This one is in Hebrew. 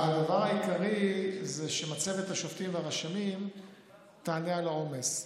הדבר העיקרי הוא שמצבת השופטים והרשמים תענה על העומס.